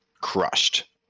crushed